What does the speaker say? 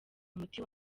umuti